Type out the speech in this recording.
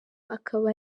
akaba